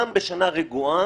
גם בשנה רגועה,